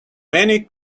many